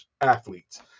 athletes